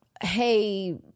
Hey